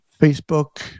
Facebook